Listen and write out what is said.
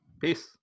Peace